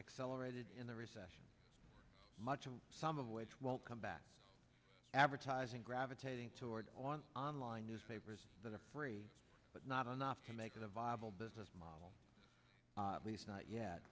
accelerated in the recession much of some of which won't come back advertising gravitating toward on online newspapers that are free but not enough to make it a viable business model least not yet